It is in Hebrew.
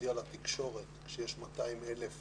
ולהודיע לתקשורת, כשיש 200,000 מורים,